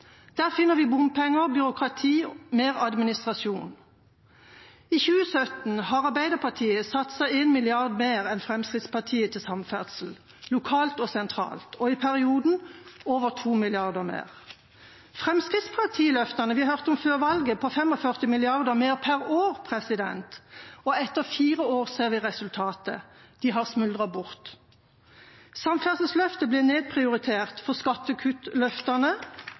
Der finner vi bompenger, byråkrati og mer administrasjon. I 2017 har Arbeiderpartiet satset 1 mrd. kr mer enn Fremskrittspartiet innen samferdsel, lokalt og sentralt, og i perioden over 2 mrd. kr mer. Fremskrittsparti-løftene vi hørte om før valget, var på 45 mrd. kr mer per år, og etter fire år ser vi resultatet. De har smuldret bort. Samferdselsløftet blir nedprioritert for